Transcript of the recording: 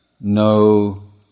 no